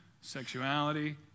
sexuality